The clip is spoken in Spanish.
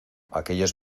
aquellos